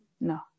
no